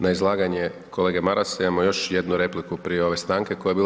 Na izlaganje kolege Marasa imamo još jednu repliku prije ove stanke koja je bila.